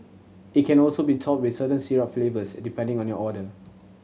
it can also be topped with certain syrup flavours depending on your order